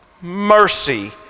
Mercy